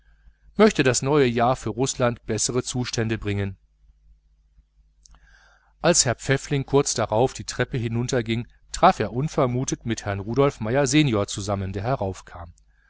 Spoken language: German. möchte das neue jahr für rußland bessere zustände bringen als herr pfäffling kurz darauf die treppe herunter ging traf er unvermutet mit herrn rudolf meier sen zusammen der heraufkam